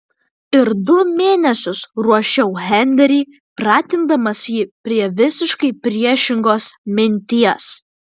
ir du mėnesius ruošiau henrį pratindamas jį prie visiškai priešingos minties